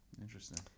Interesting